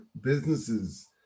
businesses